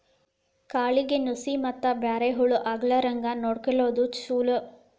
ಕಾಳಿಗೆ ನುಶಿ ಮತ್ತ ಬ್ಯಾರೆ ಹುಳಾ ಆಗ್ಲಾರಂಗ ನೊಡಕೊಳುದು ಚುಲೊ